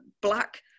black